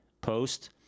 post